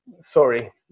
Sorry